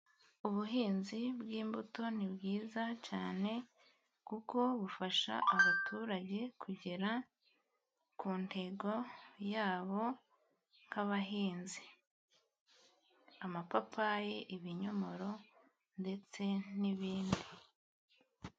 Ubuhinzi bw'imbuto ni bwiza cyane, kuko bufasha abaturage kugera ku ntego yabo, nk'abahinzi amapapayi, ibinyomoro ndetse n'ibindi.